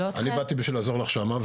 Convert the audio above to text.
אני באתי בשביל לעזור לך שם.